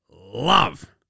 love